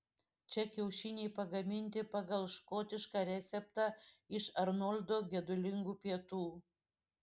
čia kiaušiniai pagaminti pagal škotišką receptą iš arnoldo gedulingų pietų